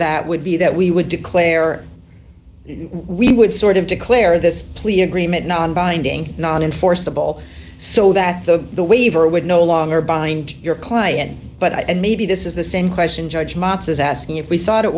that would be that we would declare we would sort of declare this plea agreement non binding not enforceable so that the the waiver would no longer bind your client but i and maybe this is the same question judge mots is asking if we thought it